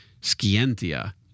Scientia